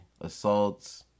assaults